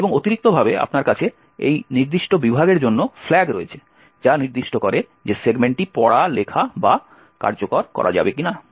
এবং অতিরিক্তভাবে আপনার কাছে এই নির্দিষ্ট বিভাগের জন্য ফ্ল্যাগ রয়েছে যা নির্দিষ্ট করে যে সেগমেন্টটি পড়া লেখা বা কার্যকর করা যাবে কিনা